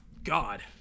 God